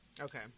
Okay